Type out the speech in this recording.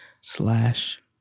slash